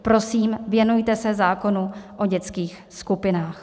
Prosím, věnujte se zákonu o dětských skupinách.